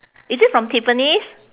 is it from tiffany's